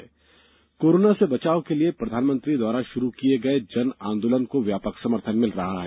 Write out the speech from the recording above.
जन आंदोलन appeal corona से बचाव के लिए प्रधानमंत्री द्वारा शुरू किये गये जन आंदोलन को व्यापक समर्थन मिल रहा है